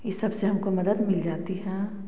इन सबसे हमको मदद मिल जाती हैं